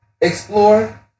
explore